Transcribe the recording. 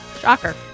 Shocker